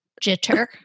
jitter